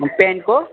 प्यान्टको